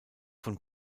von